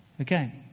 Okay